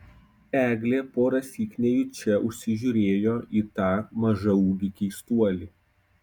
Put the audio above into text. eglė porąsyk nejučia užsižiūrėjo į tą mažaūgį keistuolį